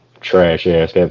trash-ass